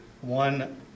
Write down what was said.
one